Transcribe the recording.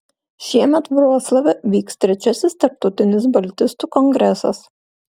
šiemet vroclave vyks trečiasis tarptautinis baltistų kongresas